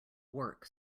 work